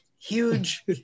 huge